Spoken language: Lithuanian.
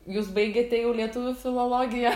jūs baigėte jau lietuvių filologiją